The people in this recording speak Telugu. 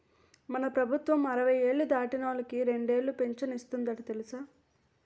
మన ప్రభుత్వం అరవై ఏళ్ళు దాటినోళ్ళకి రెండేలు పింఛను ఇస్తందట తెలుసా